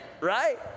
right